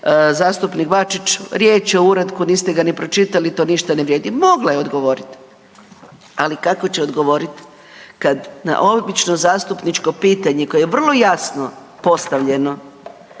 zastupnik Bačić, riječ je o uratku, niste ga ni pročitali, to ništa ne vrijedi. Mogla je odgovoriti, ali kako će odgovoriti kad na obično zastupničko pitanje koje je vrlo jasno postavljeno